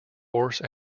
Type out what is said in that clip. horse